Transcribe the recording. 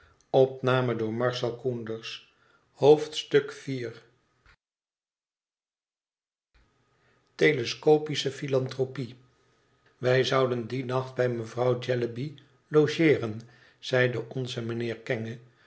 iv telescopisciie philanthropie wij zouden dien nacht bij mevrouw jellyby logeeren zeide ons mijnheer kenge